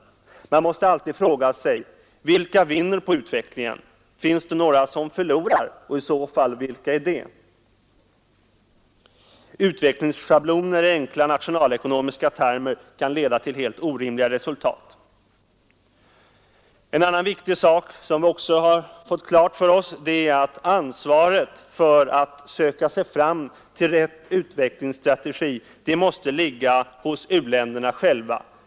Man måste alltid fråga sig: Vilka vinner på utvecklingen? Finns det några som förlorar och i så fall vilka? Utvecklingsschabloner i enkla nationalekonomiska termer kan leda till helt orimliga resultat. En annan viktig sak som vi också fått klar för oss är att ansvaret för att söka sig fram till rätt utvecklingsstrategi måste ligga hos u-länderna själva.